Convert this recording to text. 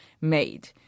made